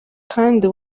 kandi